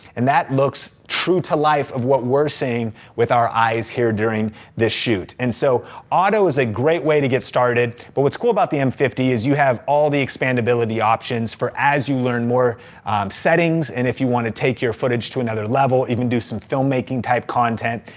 and that looks true to life of what we're seeing with our eyes here during this shoot. and so auto is a great way to get started but what's cool about the m five zero is, you have all the expandability options for as you learn more settings and if you wanna take your footage to another level, you can do some filmmaking type content.